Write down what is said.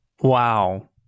Wow